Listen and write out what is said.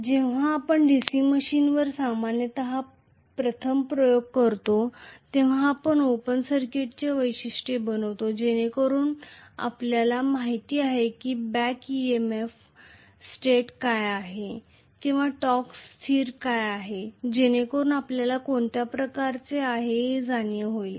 जेव्हा आपण DC मशीनवर सामान्यत प्रथम प्रयोग करता तेव्हा आपण ओपन सर्किटची वैशिष्ट्ये बनवितो जेणेकरुन आम्हाला माहित आहे की बॅक EMF स्टेट काय आहे किंवा टॉर्क स्थिर काय आहे जेणेकरून आपल्याला कोणत्या प्रकारचे आहे याची जाणीव होईल